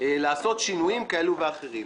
לעשות שינויים כאלו ואחרים.